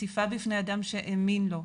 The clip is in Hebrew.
חשיפה בפני אדם שהאמין לו,